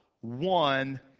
one